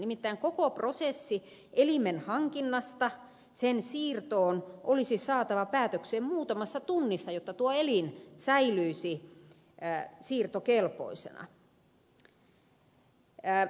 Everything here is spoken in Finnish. nimittäin koko prosessi elimen hankinnasta sen siirtoon olisi saatava päätökseen muutamassa tunnissa jotta tuo elin säilyisi siirtokelpoisena